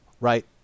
right